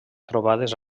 trobades